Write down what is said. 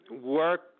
work